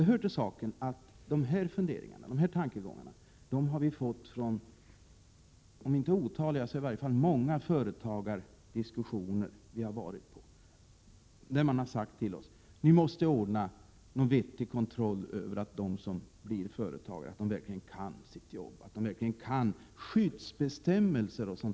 Det hör till saken att dessa tankegångar har framförts till utskottet vid många diskussioner med företagare, som har sagt att vi måste ordna en vettig kontroll av dem som blir företagare, om de verkligen kan sitt jobb, känner till skyddsbestämmelser m.m.